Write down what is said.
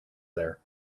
there